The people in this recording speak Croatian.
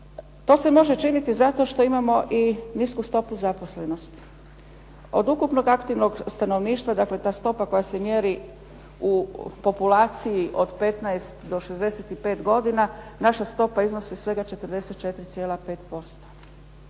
To se može činiti zato što imamo nisku stopu zaposlenosti. Od ukupnog aktivnog stanovništva dakle ta stopa koja se mjeri u populaciji od 15 do 65 godina naša stopa iznosi svega 44,5%.